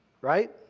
Right